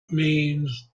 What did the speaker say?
means